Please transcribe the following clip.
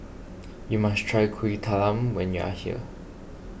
you must try Kuih Talam when you are here